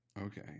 okay